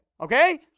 Okay